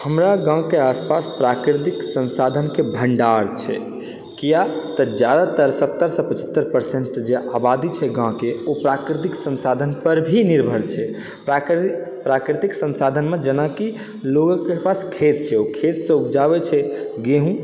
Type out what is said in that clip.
हमरा गाँवके आसपास प्राकृतिक संसाधनके भण्डार छै किया तऽ जादातर सत्तरसँ पचहत्तरि परसेन्ट जे आबादी छै गाँवके ओ प्राकृतिक संसाधनपर भी निर्भर छै प्राकृतिक प्राकृतिक संसाधनमे जेना की लोगो के पास खेत छै तऽ ओ खेतसँ उपजाबै छै गेहूँ